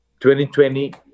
2020